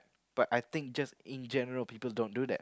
but I think just in general people don't do that